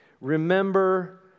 remember